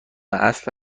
اصل